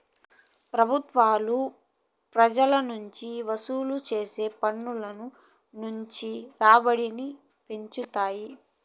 పెబుత్వాలు పెజల నుంచి వసూలు చేసే పన్నుల నుంచి రాబడిని పెంచుతాయి